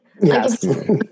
yes